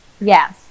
yes